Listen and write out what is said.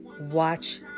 Watch